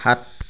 সাত